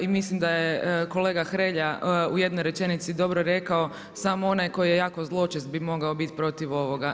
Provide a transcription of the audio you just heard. I mislim da je kolega Hrelja u jednoj rečenici dobro rekao, samo onaj tko je jako zločest bi mogao biti protiv ovoga.